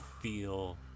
feel